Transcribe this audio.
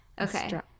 okay